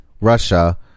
Russia